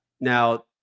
Now